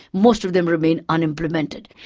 most of them remain unimplemented.